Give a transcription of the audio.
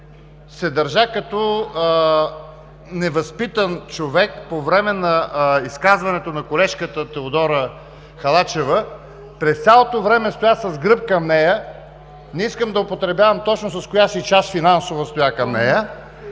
се държа като невъзпитан човек по време на изказването на колежката Теодора Халачева. През цялото време стоя с гръб към нея. Не искам да употребявам точно с коя си част финансово стоя към нея